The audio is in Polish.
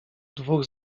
dwóch